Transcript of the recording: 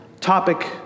topic